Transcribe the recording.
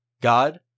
God